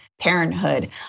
parenthood